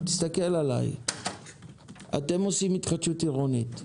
אתם עושים התחדשות עירונית.